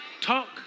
Talk